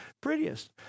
prettiest